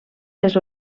les